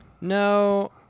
No